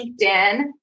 LinkedIn